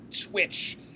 twitch